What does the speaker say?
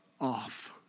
off